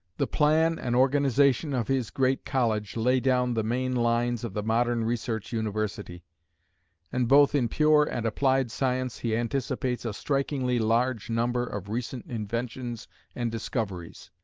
the plan and organization of his great college lay down the main lines of the modern research university and both in pure and applied science he anticipates a strikingly large number of recent inventions and discoveries.